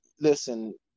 listen